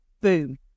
Boom